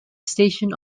station